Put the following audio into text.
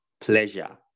pleasure